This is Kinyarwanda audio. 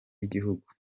y’igihugu